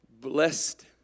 Blessed